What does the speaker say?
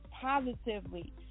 positively